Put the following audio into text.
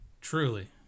Truly